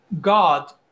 God